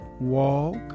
Walk